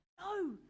No